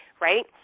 right